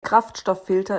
kraftstofffilter